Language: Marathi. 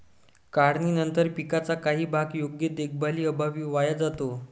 काढणीनंतर पिकाचा काही भाग योग्य देखभालीअभावी वाया जातो